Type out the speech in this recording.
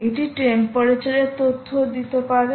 এটি টেম্পারেচার এর তথ্যও দিতে পারে